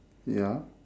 ya